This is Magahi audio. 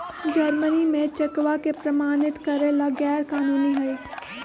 जर्मनी में चेकवा के प्रमाणित करे ला गैर कानूनी हई